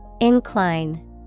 Incline